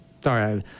sorry